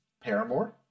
Paramore